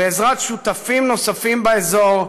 בעזרת שותפים נוספים באזור,